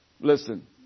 Listen